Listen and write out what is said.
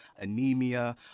anemia